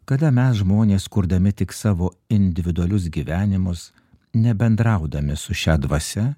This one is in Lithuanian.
kada mes žmonės kurdami tik savo individualius gyvenimus nebendraudami su šia dvasia